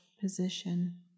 position